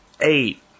eight